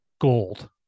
gold